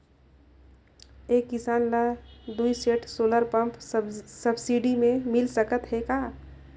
एक किसान ल दुई सेट सोलर पम्प सब्सिडी मे मिल सकत हे का?